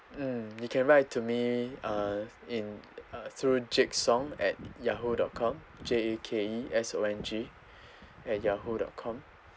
mm you can write to me uh in uh through jake song at yahoo dot com J A K E S O N G at yahoo dot com